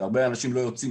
הרבה אנשים לא יוצאים,